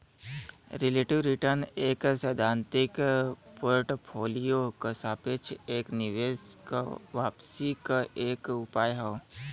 relative return एक सैद्धांतिक portfolio क सापेक्ष एक निवेश क वापसी क एक उपाय हौ